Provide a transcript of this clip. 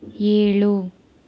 ಏಳು